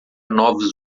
novos